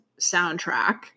Soundtrack